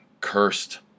cursed